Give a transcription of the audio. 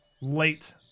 late